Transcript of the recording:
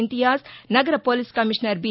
ఇంతియాజ్ నగర police commissioner B